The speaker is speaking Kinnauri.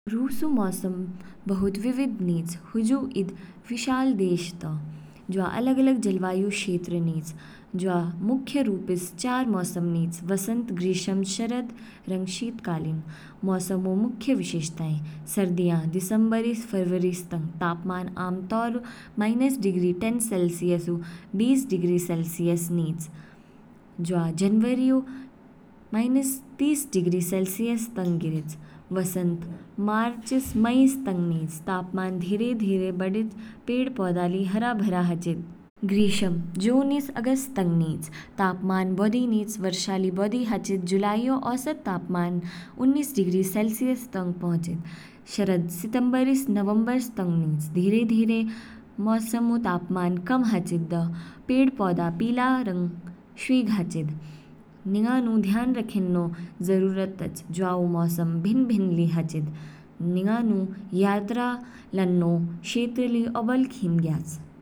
रूस ऊ मौसम बहुत विविध निच, हुजु ईद विशाल देश तौ। जवा अलग-अलग जलवायु क्षेत्र निच, जवा मुख्य रूपस चार मौसम निच, वसंत, ग्रीष्म, शरद, रंग शीतकालीन। मौसम ऊ मुख्य विशेषताएं। सर्दियाँ, दिसंबर ईस फरवरी तंग, तापमान आमतौर माइनस डिग्री टैन सेलसियस बीस डिग्री सेलसियस निच, जवा जनवरी ऊ माइनस तीस डिग्री सेलसियस तंग गिरेच। वसंत, मार्च स मईस तंग निच, तापमान धीरे-धीरे बढ़ेच पेड़ पौधे हरे भरे हाचिद। ग्रीष्म, जून ईस अगस्त तंग निच, तापमान बौधि निच वर्षा ली बौधि हाचिद, जुलाईऔ औसत तापमान उन्नीस डिग्री सेलसियस तंग पहुँचेद। शरद, सितंबर ईस नवंबर तंग निच, धीरे धीरे मौसमु तापमान कम हाचिद, पेड़ पौधे पीला रंग शवीग हाचिद। निंगानु ध्यान रखेन्नौ जरुरी तच जवाऊ मौसम भिन्न भिन्न ली हाचिद, निंगानु यात्रा लान्नौ क्षेत्र ली औबल खीम ज्ञयाच।